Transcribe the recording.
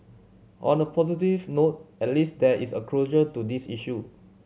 on a positive note at least there is a closure to this issue